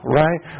right